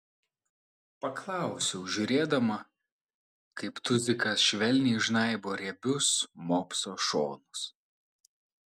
paklausiau žiūrėdama kaip tuzikas švelniai žnaibo riebius mopso šonus